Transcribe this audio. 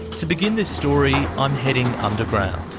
to begin this story, i'm heading underground.